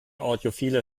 audiophile